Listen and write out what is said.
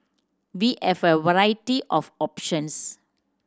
we have a variety of options